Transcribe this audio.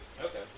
Okay